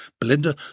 Belinda